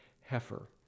heifer